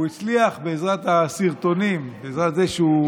הוא הצליח, בעזרת הסרטונים, בעזרת זה שהוא